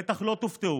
בטח לא תופתעו: